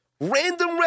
Random